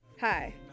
Hi